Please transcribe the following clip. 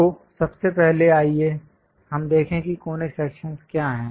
तो सबसे पहले आइए हम देखें कि कॉनिक सेक्शंस क्या है